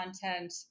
content